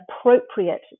appropriate